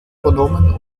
übernommen